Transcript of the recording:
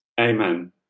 Amen